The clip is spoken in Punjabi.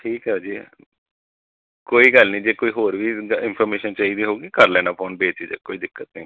ਠੀਕ ਹੈ ਜੀ ਕੋਈ ਗੱਲ ਨਹੀਂ ਜੇ ਕੋਈ ਹੋਰ ਵੀ ਇੱਦਾਂ ਇਨਫੋਰਮੇਸ਼ਨ ਚਾਹੀਦੀ ਹੋਊਗੀ ਕਰ ਲੈਣਾ ਫੋਨ ਬੇਝਿੱਜਕ ਕੋਈ ਦਿੱਕਤ ਨਹੀਂ